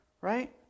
Right